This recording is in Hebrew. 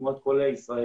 כמו את כל ישראל,